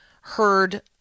heard